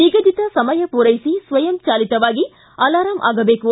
ನಿಗದಿತ ಸಮಯ ಪೂರೈಸಿ ಸ್ವಯಂ ಜಾಲಿತವಾಗಿ ಅಲಾರಾಮ್ ಆಗಬೇಕು